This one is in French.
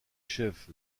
chef